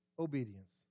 obedience